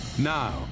Now